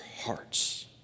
hearts